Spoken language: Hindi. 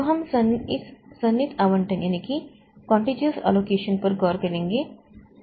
तो हम इस सन्निहित आवंटन पर गौर करेंगे